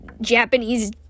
Japanese